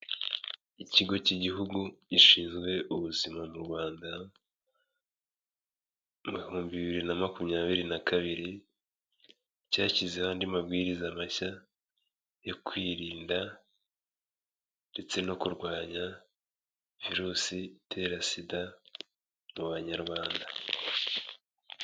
Ikigo cy'Igihugu gishinzwe ubuzima mu Rwanda, mu bihumbi bibiri na makumyabiri nakabiri cyashyizeho andi mabwiriza mashya yo kwirinda ndetse no kurwanya virusi itera SIDA mu banyarwanda.